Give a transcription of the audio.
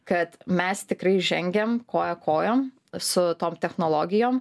kad mes tikrai žengiam koja kojon su tom technologijom